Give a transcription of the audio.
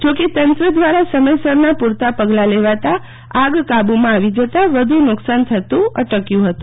જો કેતંત્ર દ્રારા સમયસરના પુરતા પગલા લેવાતા આગ કાબુમાં આવી જતા વધુ નુકશાન થતું અટક્યુ હતું